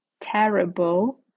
terrible